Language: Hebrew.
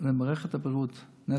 למערכת הבריאות נטו.